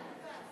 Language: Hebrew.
הוא כאן.